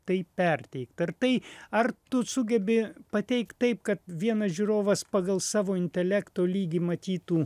tai perteikt ar tai ar tu sugebi pateikt taip kad vienas žiūrovas pagal savo intelekto lygį matytų